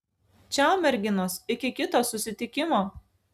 čiau merginos iki kito susitikimo